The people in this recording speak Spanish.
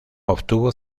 obtuvo